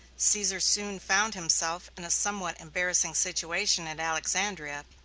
caesar soon found himself in a somewhat embarrassing situation at alexandria.